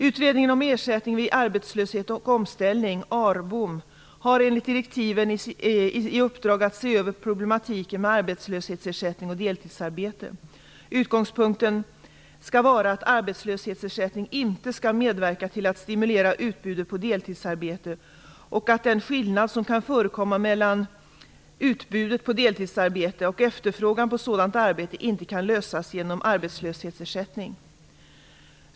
Utredningen om ersättning vid arbetslöshet och omställning, ARBOM, har enligt direktiven i uppdrag att se över problematiken med arbetslöshetsersättning och deltidsarbete. Utgångspunkten skall vara att arbetslöshetsersättning inte skall medverka till att stimulera utbudet på deltidsarbete och att den skillnad som kan förekomma mellan utbudet på deltidsarbete och efterfrågan på sådant arbete inte kan lösas genom arbetslöshetsersättning.